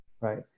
right